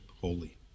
holy